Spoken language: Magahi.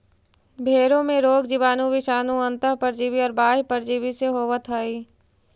भेंड़ों में रोग जीवाणु, विषाणु, अन्तः परजीवी और बाह्य परजीवी से होवत हई